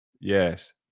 Yes